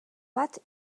bat